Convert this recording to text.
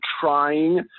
trying